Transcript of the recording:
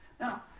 Now